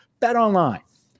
BetOnline